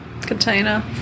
container